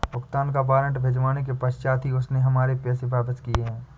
भुगतान का वारंट भिजवाने के पश्चात ही उसने हमारे पैसे वापिस किया हैं